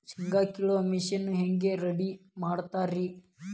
ಶೇಂಗಾ ಕೇಳುವ ಮಿಷನ್ ಹೆಂಗ್ ರೆಡಿ ಮಾಡತಾರ ರಿ?